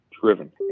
driven